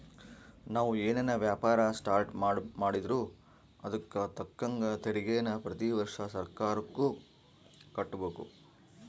ನಾವು ಏನನ ವ್ಯಾಪಾರ ಸ್ಟಾರ್ಟ್ ಮಾಡಿದ್ರೂ ಅದುಕ್ ತಕ್ಕಂಗ ತೆರಿಗೇನ ಪ್ರತಿ ವರ್ಷ ಸರ್ಕಾರುಕ್ಕ ಕಟ್ಟುಬಕು